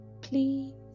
Please